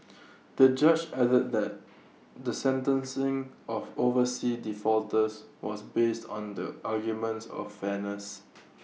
the judge added that the sentencing of overseas defaulters was based on the arguments of fairness